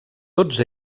tots